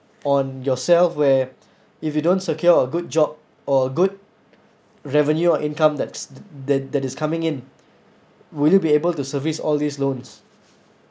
on yourself where if you don't secure a good job or good revenue or income that's that that is coming in will you be able to service all these loans